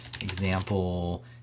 example